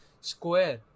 square